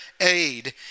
aid